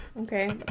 Okay